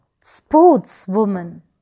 sportswoman